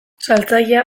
saltzailea